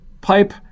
pipe